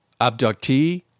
abductee